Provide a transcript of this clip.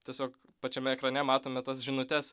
tiesiog pačiame ekrane matome tas žinutes